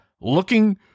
looking